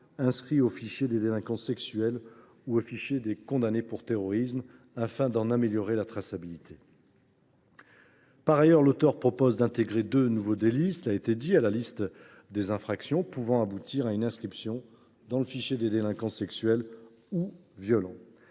inscrite au fichier des délinquants sexuels ou au fichier des condamnés pour terrorisme, afin d’améliorer leur traçabilité. Par ailleurs, l’auteur propose d’intégrer deux nouveaux délits à la liste des infractions pouvant aboutir à une inscription dans le fichier des délinquants sexuels ou violents.